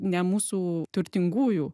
ne mūsų turtingųjų